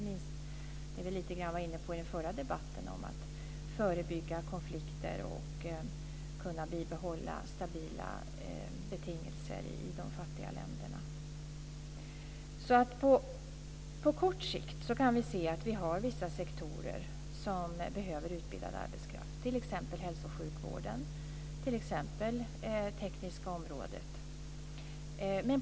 Det gäller inte minst det vi var inne på i den förra debatten om att förebygga konflikter och kunna bibehålla stabila betingelser i de fattiga länderna. På kort sikt kan vi se att vissa sektorer behöver utbildad arbetskraft, t.ex. hälso och sjukvården och det tekniska området.